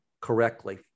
correctly